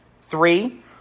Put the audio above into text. three